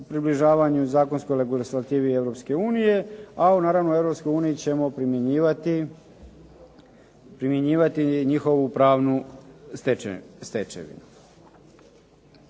približavanju i zakonskoj legislativi Europske unije. A naravno u Europskoj uniji ćemo primjenjivati njihovu pravnu stečevinu.